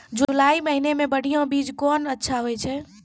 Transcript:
जुलाई महीने मे बढ़िया बीज कौन अच्छा होय छै?